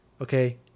okay